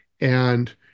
And-